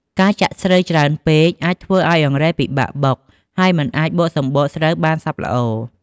ការចាក់ស្រូវច្រើនពេកអាចធ្វើឱ្យអង្រែពិបាកបុក ហើយមិនអាចបកសម្បកស្រូវបានសព្វល្អ។